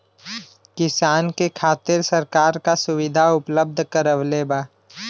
किसान के खातिर सरकार का सुविधा उपलब्ध करवले बा?